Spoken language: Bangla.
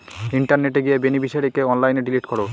ইন্টারনেটে গিয়ে বেনিফিশিয়ারিকে অনলাইনে ডিলিট করো